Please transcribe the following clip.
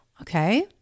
Okay